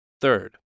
Third